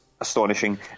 astonishing